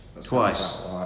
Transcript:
Twice